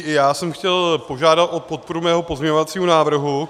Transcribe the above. Já jsem chtěl požádat o podporu svého pozměňovacího návrhu.